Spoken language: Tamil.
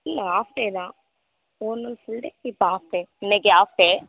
இல்லை ஹாஃப் டேதான் ஃபுல் டே இப்போ ஹாஃப் டே இன்னக்கு ஹாஃப் டே